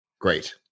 great